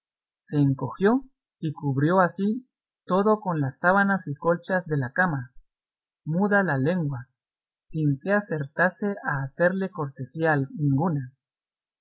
se encogió y cubrió casi todo con las sábanas y colchas de la cama muda la lengua sin que acertase a hacerle cortesía ninguna